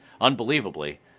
Unbelievably